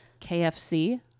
KFC